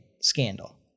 scandal